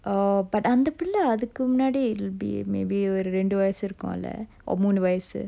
oh but அந்த பிள்ள அதுக்கு முன்னாடி:antha pilla athukku munnadi it will be maybe ஒரு ரெண்டு வயசு இருக்கும்ல:oru rendu vayasu irukkumla or மூணு வயசு:moonu vayasu